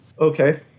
Okay